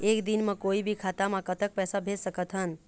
एक दिन म कोई भी खाता मा कतक पैसा भेज सकत हन?